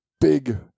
big